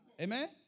Amen